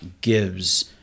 gives